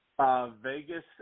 Vegas